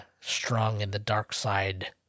strong-in-the-dark-side